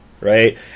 right